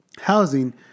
Housing